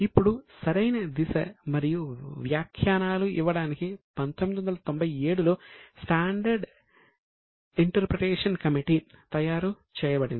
ఇప్పుడు సరైన దిశ మరియు వ్యాఖ్యానాలు ఇవ్వడానికి 1997 లో స్టాండర్డ్ ఇంటర్ప్రిటేషన్ కమిటీ తయారు చేయబడింది